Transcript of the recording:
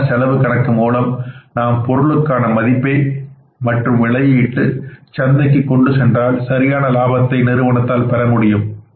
சரியான செலவு கணக்கு மூலம் நாம் பொருளுக்கான மதிப்பை மற்றும் விலையை இட்டு சந்தைக்கு கொண்டு சென்றால் சரியான லாபத்தை நிறுவனத்தால் பெற முடியும்